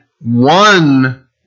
one